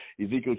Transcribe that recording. Ezekiel